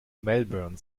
melbourne